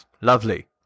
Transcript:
Lovely